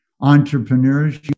entrepreneurs